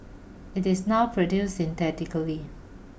it is now produced synthetically